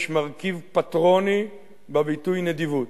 יש מרכיב פטרוני בביטוי נדיבות.